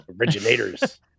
Originators